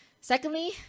Secondly